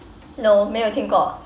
no 没有听口